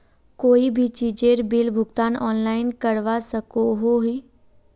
कोई भी चीजेर बिल भुगतान ऑनलाइन करवा सकोहो ही?